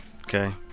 Okay